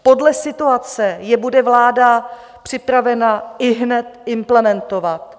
Podle situace je bude vláda připravena ihned implementovat.